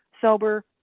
sober